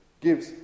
gives